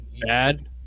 bad